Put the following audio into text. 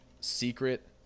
secret